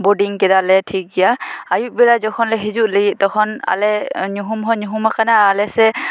boarding ᱠᱮᱫᱟᱞᱮ ᱴᱷᱤᱠ ᱜᱮᱭᱟ ᱟᱹᱭᱩᱵ ᱵᱮᱲᱟ ᱡᱚᱠᱷᱚᱱ ᱞᱮ ᱦᱤᱡᱩᱜ ᱞᱟᱹᱜᱤᱫ ᱛᱚᱠᱷᱚᱱ ᱟᱞᱮ ᱧᱩᱦᱩᱢ ᱦᱚᱸ ᱧᱩᱦᱩᱢ ᱟᱠᱟᱱᱟ ᱟᱞᱮ ᱥᱮ